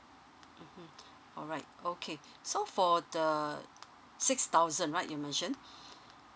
mmhmm alright okay so for the six thousand right you mentioned